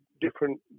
different